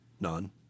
None